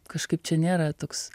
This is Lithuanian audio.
kažkaip čia nėra toks